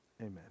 Amen